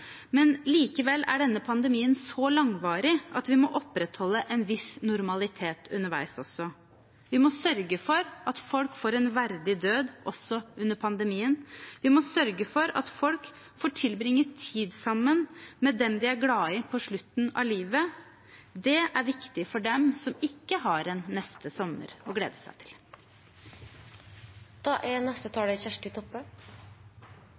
men likevel er denne pandemien så langvarig at vi må opprettholde en viss normalitet underveis også. Vi må sørge for at folk får en verdig død også under pandemien. Vi må sørge for at folk får tilbringe tid sammen med dem de er glade i, på slutten av livet. Det er viktig for dem som ikke har en neste sommer å glede seg